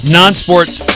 non-sports